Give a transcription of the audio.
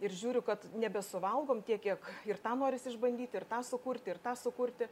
ir žiūriu kad nebesuvalgom tiek kiek ir tą noris išbandyt ir tą sukurt ir tą sukurti